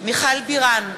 מיכל בירן,